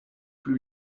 plus